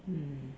mm